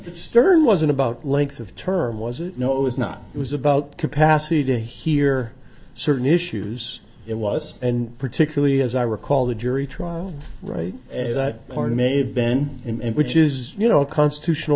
stern wasn't about length of term was it no it was not it was about capacity to hear certain issues it was and particularly as i recall the jury trial right party may have been and which is you know a constitutional